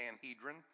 Sanhedrin